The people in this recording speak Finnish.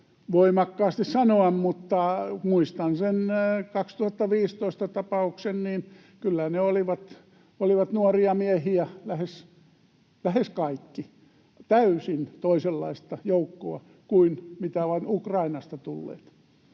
voimakkaasti sanoa, mutta muistan sen 2015 tapauksen, että kyllä he olivat nuoria miehiä lähes kaikki, täysin toisenlaista joukkoa kuin mitä ovat Ukrainasta tulleet.